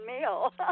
meal